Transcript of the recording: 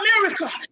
America